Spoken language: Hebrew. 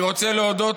אני רוצה להודות,